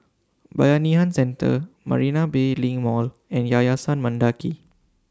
Bayanihan Centre Marina Bay LINK Mall and Yayasan Mendaki